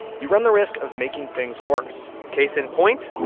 you run the risk of making things worse case in point,